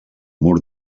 mur